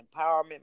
empowerment